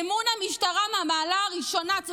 אמון המשטרה מהמעלה הראשונה.